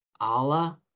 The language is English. Allah